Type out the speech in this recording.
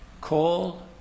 Call